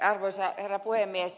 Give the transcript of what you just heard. arvoisa herra puhemies